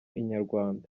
inyarwanda